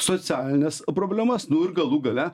socialines problemas nu ir galų gale